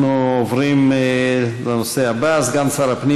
אנחנו עוברים לנושא הבא, סגן שר הפנים